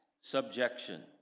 subjection